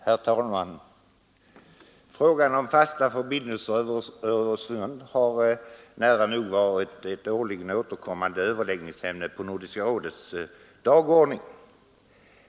Herr talman! Frågan om fasta förbindelser över Öresund har nära nog varit ett årligen återkommande överläggningsämne på Nordiska rådets dagordning.